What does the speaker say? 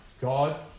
God